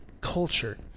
culture